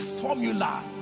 formula